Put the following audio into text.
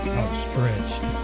outstretched